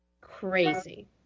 crazy